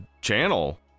channel